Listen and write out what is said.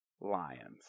Lions